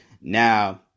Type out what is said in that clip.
Now